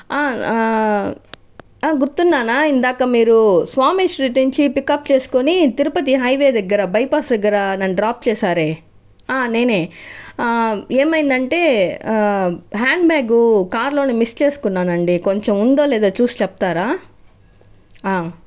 గుర్తున్నానా ఇందాక మీరు స్వామి స్ట్రీట్ నుంచి పికప్ చేసుకుని తిరుపతి హైవే దగ్గర బైపాస్ దగ్గర నన్ను డ్రాప్ చేశారే నేనే ఏమయింది అంటే హ్యాండ్ బ్యాగ్ కారులోనే మిస్ చేసుకున్నాను అండి కొంచెం ఉందో లేదో చూసి చెప్తారా